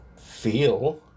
feel